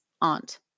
aunt